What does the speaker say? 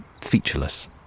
featureless